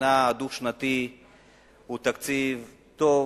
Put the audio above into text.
המדינה הדו-שנתי הוא תקציב טוב,